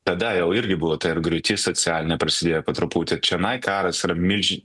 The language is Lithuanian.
tada jau irgi buvo ta ir griūtis socialinė prasidėjo po truputį čionai karas yra milžin